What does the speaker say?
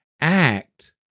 act